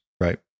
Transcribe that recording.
right